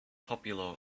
popular